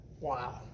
Wow